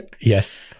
Yes